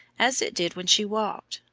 as it did when she walked,